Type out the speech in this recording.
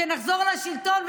כשנחזור לשלטון,